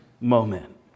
moment